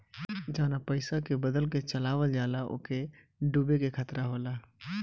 जवना पइसा के बदल के चलावल जाला ओके डूबे के खतरा होला